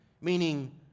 Meaning